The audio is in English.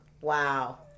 Wow